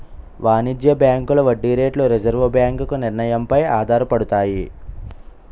వాణిజ్య బ్యాంకుల వడ్డీ రేట్లు రిజర్వు బ్యాంకు నిర్ణయం పై ఆధారపడతాయి